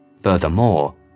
Furthermore